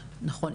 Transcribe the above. נכון,